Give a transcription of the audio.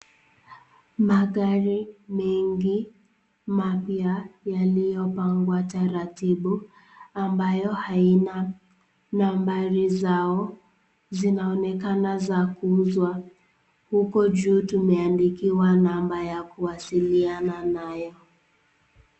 Magari mengi mapya yaliyopangwa taratibu ambayo haina nambari zao zinaonekana za kuuzwa. Huko juu tumeandikiwa namba ya kuwasiliana nayo.